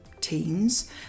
teens